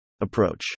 Approach